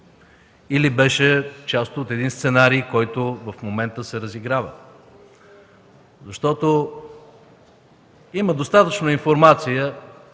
или беше част от сценарий, който в момента се разиграва? Има достатъчно информация,